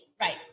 Right